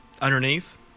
Underneath